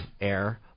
air